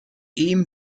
ihm